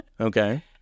Okay